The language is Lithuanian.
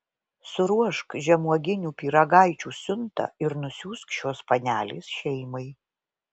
suruošk žemuoginių pyragaičių siuntą ir nusiųsk šios panelės šeimai